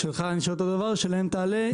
שלך נשארת אותו דבר, שלהם תעלה.